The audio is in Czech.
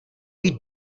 být